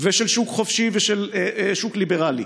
ושל שוק חופשי ושל שוק ליברלי,